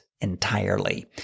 Entirely